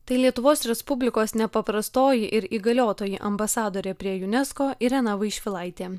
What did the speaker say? tai lietuvos respublikos nepaprastoji ir įgaliotoji ambasadorė prie unesco irena vaišvilaitė